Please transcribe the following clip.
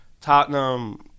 Tottenham